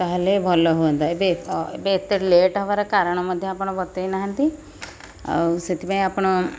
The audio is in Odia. ତାହେଲେ ଭଲ ହୁଅନ୍ତା ଏବେ ଏବେ ଏତେ ଲେଟ୍ ହେବାର କାରଣ ମଧ୍ୟ ଆପଣ ବତେଇ ନାହାଁନ୍ତି ଆଉ ସେଥିପାଇଁ ଆପଣ